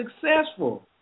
successful